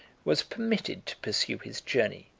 was permitted to pursue his journey,